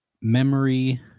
memory